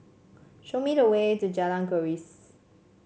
show me the way to Jalan Keris